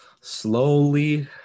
slowly